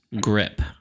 Grip